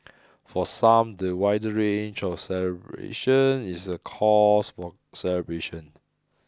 for some the wider range of celebrations is a cause for celebration